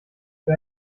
wer